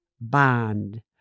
bond